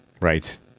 Right